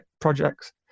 projects